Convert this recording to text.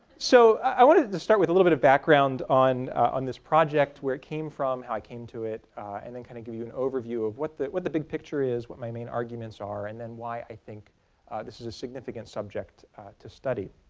so i wanted to start with a little bit of background on on this project where it came from, how i came to it and then kind of give you an overview of what the big picture is, what my main arguments are, and then why i think this is a significant subject to study.